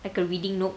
like a reading nook